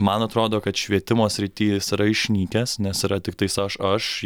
man atrodo kad švietimo srity jis yra išnykęs nes yra tiktais aš aš